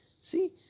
See